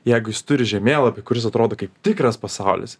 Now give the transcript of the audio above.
jeigu jis turi žemėlapį kuris atrodo kaip tikras pasaulis